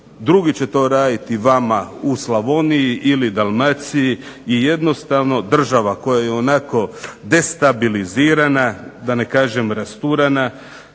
drugi će to raditi vama u Slavoniji i Dalmaciji i jednostavno država koja je ionako destabilizirana, da ne kažem rasturena,